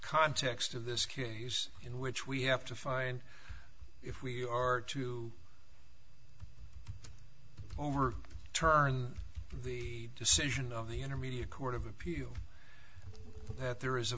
context of this case in which we have to find if we are to over turn the decision of the intermediate court of appeal that there is a